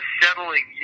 settling